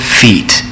feet